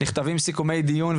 נכתבים סיכומי דיון,